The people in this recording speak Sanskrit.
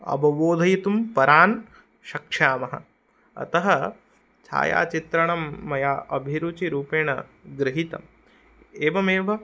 अवबोधयितुं परान् शक्षामः अतः छायाचित्रणं मया अभिरुचिरूपेण गृहीतम् एवमेव